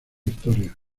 historia